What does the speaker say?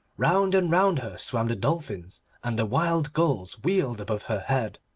round and round her swam the dolphins and the wild gulls wheeled above her head.